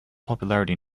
popularity